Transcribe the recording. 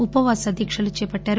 ఉపవాస దీక్షలు చేపట్టారు